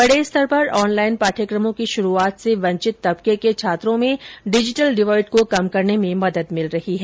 बड़े स्तर पर ऑनलाइन पाठ्यक्रमों की शुरुआत से वंचित तबके के छात्रों में डिजिटल डिवॉइड को कम करने में मदद मिल रही है